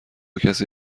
کسی